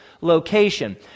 location